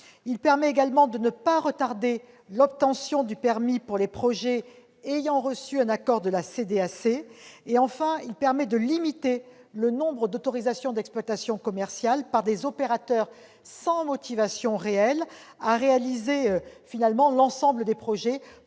du permis, de ne pas retarder l'obtention du permis pour les projets ayant reçu un accord de la CDAC et, enfin, de limiter le nombre de demandes d'autorisation d'exploitation commerciale par des opérateurs sans motivation réelle à réaliser l'ensemble des projets